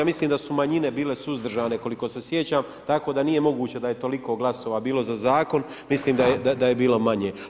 Mislim da su manjine bile suzdržane koliko se sjećam tako da nije moguće da je toliko glasova bilo za zakon, mislim da je bilo manje.